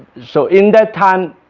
so in that time,